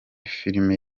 filime